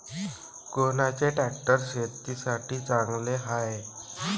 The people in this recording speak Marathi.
कोनचे ट्रॅक्टर शेतीसाठी चांगले हाये?